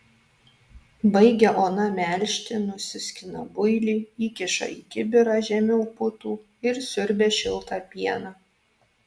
baigia ona melžti nusiskina builį įkiša į kibirą žemiau putų ir siurbia šiltą pieną